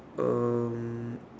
um